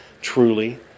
truly